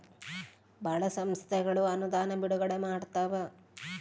ಭಾಳ ಸಂಸ್ಥೆಗಳು ಅನುದಾನ ಬಿಡುಗಡೆ ಮಾಡ್ತವ